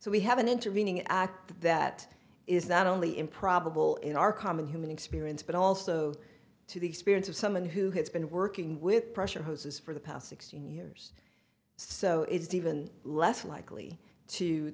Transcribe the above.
so we have an intervening act that is not only improbable in our common human experience but also to the experience of someone who has been working with pressure hoses for the past sixteen years so it is even less likely to